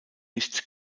nicht